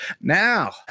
Now